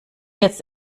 jetzt